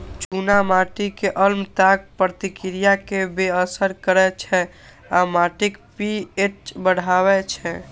चूना माटि मे अम्लताक प्रतिक्रिया कें बेअसर करै छै आ माटिक पी.एच बढ़बै छै